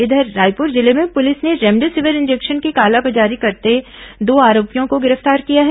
इधर रायपुर जिले में पुलिस ने रेमडेसिविर इंजेक्शन की कालाबाजारी करते दो आरोपियों को गिरफ्तार किया है